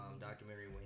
documentary